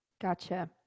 Gotcha